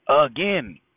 again